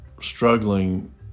struggling